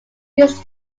his